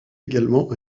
également